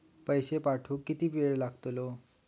पैशे पाठवुक किती वेळ लागतलो?